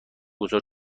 گذار